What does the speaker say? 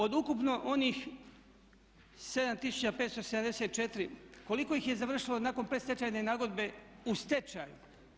Od ukupno onih 7574 koliko ih je završilo nakon predstečajne nagodbe u stečaju?